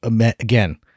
again